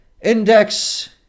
Index